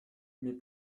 mais